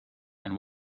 and